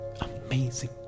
Amazing